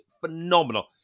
phenomenal